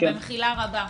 במחילה רבה.